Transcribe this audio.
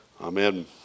amen